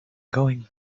going